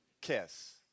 KISS